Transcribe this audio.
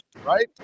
Right